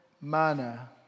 manner